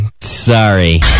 sorry